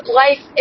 life